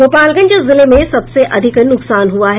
गोपालगंज जिले में सबसे अधिक नुकसान हुआ है